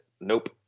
nope